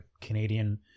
Canadian